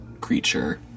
creature